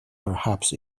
perhaps